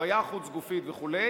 הפריה חוץ-גופית וכו',